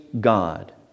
God